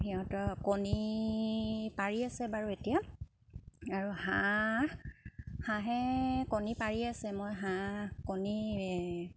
সিহঁতৰ কণী পাৰি আছে বাৰু এতিয়া আৰু হাঁহ হাঁহে কণী পাৰি আছে মই হাঁহ কণী